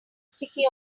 sticky